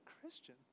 Christian